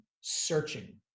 Searching